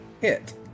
hit